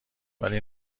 ولی